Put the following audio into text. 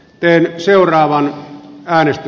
teen seuraavaan kahdesti